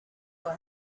will